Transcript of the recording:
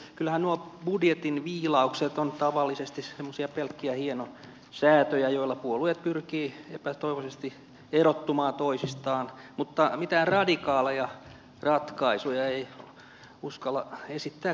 kyllähän nuo budjetin viilaukset ovat tavallisesti semmoisia pelkkiä hienosäätöjä joilla puolueet pyrkivät epätoivoisesti erottumaan toisistaan mutta mitään radikaaleja ratkaisuja ei uskalla esittää kukaan